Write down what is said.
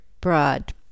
Broad